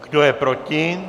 Kdo je proti?